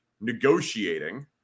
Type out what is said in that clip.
negotiating